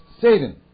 Satan